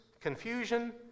confusion